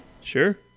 sure